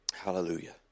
Hallelujah